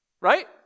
right